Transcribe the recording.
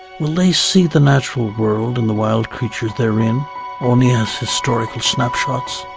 will they see the natural world and the wild creatures therein only as historical snapshots?